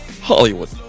Hollywood